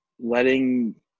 letting